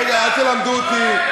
רגע, אל תלמדו אותי.